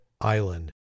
Island